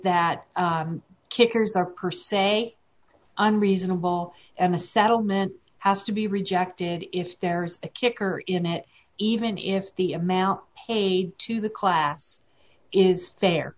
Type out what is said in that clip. that kickers are per se unreasonable and a settlement has to be rejected if there is a kicker in it even if the amount paid to the class is fair